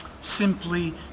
Simply